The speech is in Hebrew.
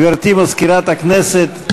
גברתי מזכירת הכנסת,